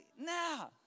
now